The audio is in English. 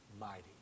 mighty